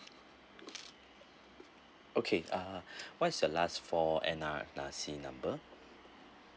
okay uh what is your last four N_R_I_C number